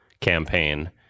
campaign